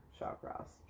Shawcross